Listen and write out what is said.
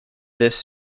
this